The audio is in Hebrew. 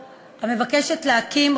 תקיים.